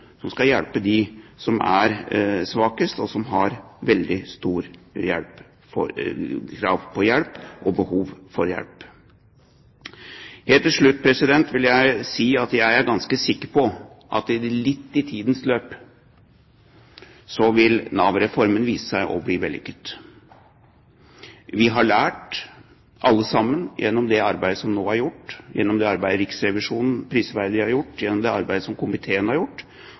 som skal hjelpe dem som er svakest, som har veldig stort behov for hjelp, og som har krav på hjelp. Helt til slutt vil jeg si at jeg er ganske sikker på at Nav-reformen i tidens løp vil vise seg å bli vellykket. Vi har alle sammen lært gjennom det arbeidet som nå er gjort, gjennom det arbeidet som Riksrevisjonen prisverdig har gjort, og gjennom det arbeidet som komiteen har gjort.